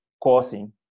causing